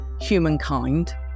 humankind